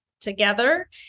together